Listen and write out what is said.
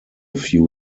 few